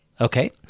Okay